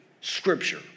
scripture